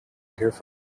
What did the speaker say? carefully